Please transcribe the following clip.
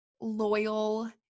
loyal